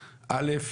א',